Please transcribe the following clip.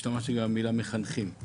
השתמשתי גם במילה מחנכים.